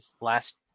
last